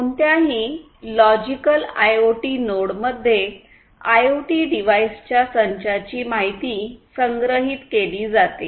कोणत्याही logical IoT नोडमध्ये IoT डिव्हाइसच्या संचाची माहिती संग्रहित केली जाते